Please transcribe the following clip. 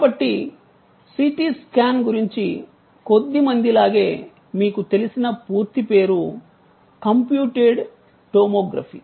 కాబట్టి CT scan గురించి కొద్దిమందిలాగే మీకు తెలిసిన పూర్తి పేరు కంప్యూటెడ్ టోమోగ్రఫీ